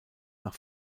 nach